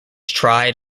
tried